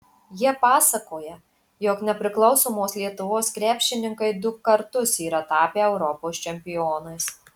jie pasakoja jog nepriklausomos lietuvos krepšininkai du kartus yra tapę europos čempionais